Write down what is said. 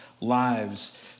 lives